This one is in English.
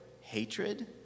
hatred